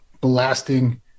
blasting